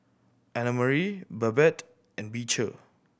Annmarie Babette and Beecher